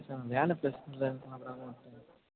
sir வேள ப்ரெஷரில் இருந்தேன் அதான்